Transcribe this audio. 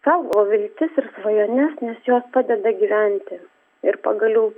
saugo viltis ir svajones nes jos padeda gyventi ir pagaliau